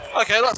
Okay